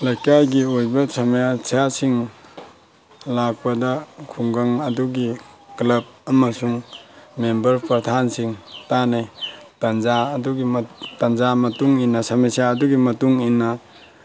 ꯂꯩꯀꯥꯏꯒꯤ ꯑꯣꯏꯕ ꯁꯃꯁ꯭ꯌꯥꯁꯤꯡ ꯂꯥꯛꯄꯗ ꯈꯨꯡꯒꯪ ꯑꯗꯨꯒꯤ ꯀ꯭ꯂꯕ ꯑꯃꯁꯨꯡ ꯃꯦꯝꯕꯔ ꯄ꯭ꯔꯙꯥꯟꯁꯤꯡ ꯇꯥꯟꯅꯩ ꯇꯥꯟꯖꯥ ꯑꯗꯨꯒꯤ ꯇꯥꯟꯖꯥ ꯃꯇꯨꯡ ꯏꯟꯅ ꯁꯃꯁ꯭ꯌꯥ ꯑꯗꯨꯒꯤ ꯃꯇꯨꯡ ꯏꯟꯅ